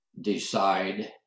Decide